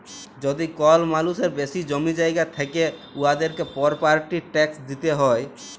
যদি কল মালুসের বেশি জমি জায়গা থ্যাকে উয়াদেরকে পরপার্টি ট্যাকস দিতে হ্যয়